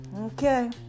okay